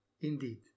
Indeed